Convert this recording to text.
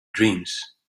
dreams